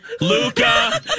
Luca